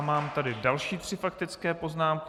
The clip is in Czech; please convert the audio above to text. Mám tady další tři faktické poznámky.